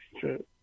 true